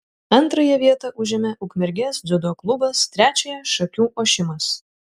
antrąją vietą užėmė ukmergės dziudo klubas trečiąją šakių ošimas